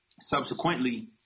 subsequently